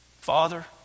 Father